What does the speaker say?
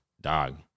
dog